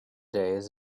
days